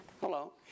Hello